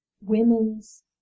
women's